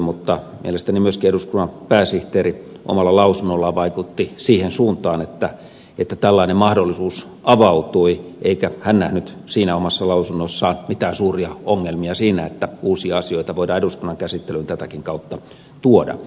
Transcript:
mutta mielestäni myöskin eduskunnan pääsihteeri omalla lausunnollaan vaikutti siihen suuntaan että tällainen mahdollisuus avautui eikä hän nähnyt omassa lausunnossaan mitään suuria ongelmia siinä että uusia asioita voidaan eduskunnan käsittelyyn tätäkin kautta tuoda